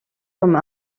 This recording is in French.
comme